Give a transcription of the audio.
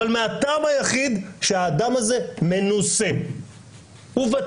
אבל מהטעם היחיד שהאדם הזה מנוסה וותיק.